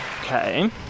Okay